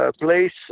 place